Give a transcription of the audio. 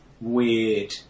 weird